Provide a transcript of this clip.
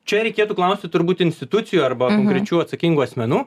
čia reikėtų klausti turbūt institucijų arba konkrečių atsakingų asmenų